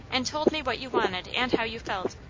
and told me what you wanted and how you felt,